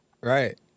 right